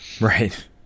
right